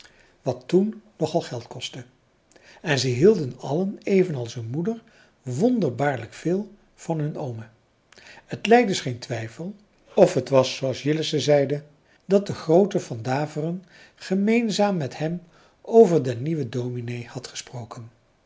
wat toen nogal geld kostte en ze hielden allen evenals hun moeder wonderbaarlijk veel van hun oome het lijdt dus geen twijfel of het was zooals jillessen zeide dat de groote van daveren gemeenzaam met hem over den nieuwen dominee had gesproken